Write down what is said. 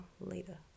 later